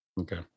Okay